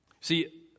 See